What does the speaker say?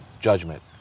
judgment